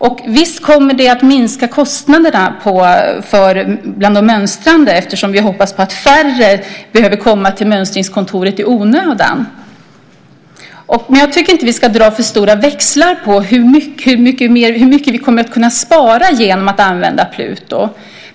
Och visst kommer det att minska kostnaderna i fråga om de mönstrande eftersom vi hoppas att färre ska behöva komma till mönstringskontoret i onödan. Men jag tycker inte att vi ska dra för stora växlar på hur mycket vi kommer att kunna spara genom att använda Pluto.